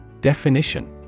Definition